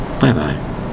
Bye-bye